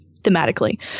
thematically